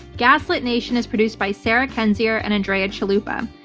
gaslit nation is produced by sarah kendzior and andrea chalupa.